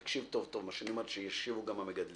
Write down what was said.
תקשיב טוב טוב מה שאני אומר, ושישמעו גם המגדלים.